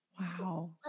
Wow